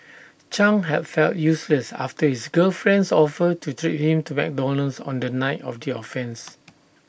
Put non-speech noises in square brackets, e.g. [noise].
[noise] chang had felt useless after his girlfriend's offer to treat him to McDonald's on the night of the offence